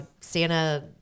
Santa